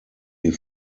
die